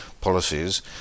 policies